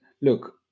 look